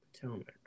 Potomac